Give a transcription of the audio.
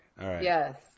Yes